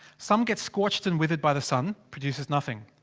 some gets scorched and withered by the sun. produces nothing!